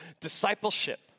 Discipleship